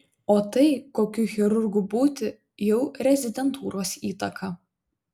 o tai kokiu chirurgu būti jau rezidentūros įtaka